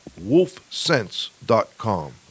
wolfsense.com